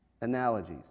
analogies